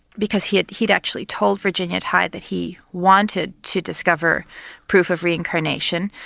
because he had he had actually told virginia tighe that he wanted to discover proof of reincarnation,